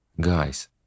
Guys